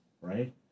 right